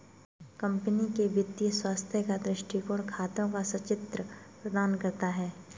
company के वित्तीय स्वास्थ्य का दृष्टिकोण खातों का संचित्र प्रदान करता है